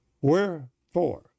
Wherefore